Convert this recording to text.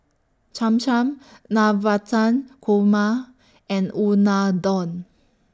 Cham Cham Navratan Korma and Unadon